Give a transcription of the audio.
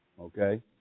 Okay